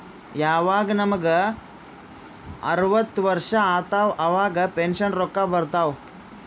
ಯವಾಗ್ ನಮುಗ ಅರ್ವತ್ ವರ್ಷ ಆತ್ತವ್ ಅವಾಗ್ ಪೆನ್ಷನ್ ರೊಕ್ಕಾ ಬರ್ತಾವ್